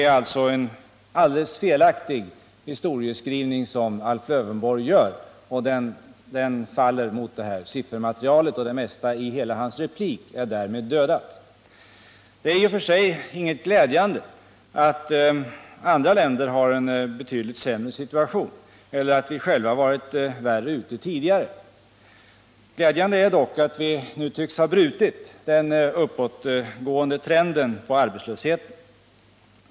Alf Lövenborgs historieskrivning är alltså helt felaktig. Den faller på grund av det här siffermaterialet, och det mesta i hans replik är därmed dödat. I och för sig ligger det inget glädjande i att andra länder har en betydligt sämre situation eller att vi själva har varit värre ute tidigare. Glädjande är dock att vi nu tycks ha brutit arbetslöshetens uppåtgående trend.